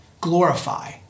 Glorify